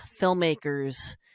filmmakers